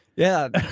yeah,